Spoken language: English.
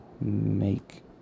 make